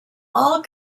all